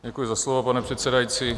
Děkuji za slovo, pane předsedající.